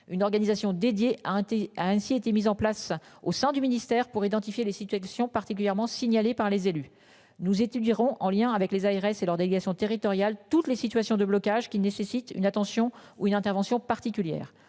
Une organisation dédiée à un thé a ainsi été mis en place au sein du ministère pour identifier les situations particulièrement signalé par les élus, nous étudierons en lien avec les ARS et leurs délégations territoriales toutes les situations de blocage qui nécessitent une attention ou une intervention particulière